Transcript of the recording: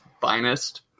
finest